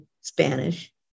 Spanish